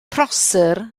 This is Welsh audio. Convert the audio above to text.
prosser